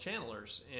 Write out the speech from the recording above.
channelers